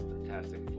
Fantastic